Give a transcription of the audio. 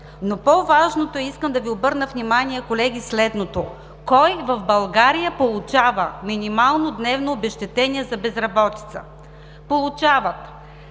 Но по-важното, искам да Ви обърна внимание, колеги, е следното: кой в България получава минимално дневно обезщетение за безработица? Получават